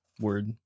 Word